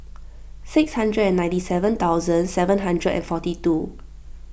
six hundred and ninety seven thousand seven hundred and forty two